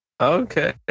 Okay